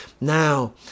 Now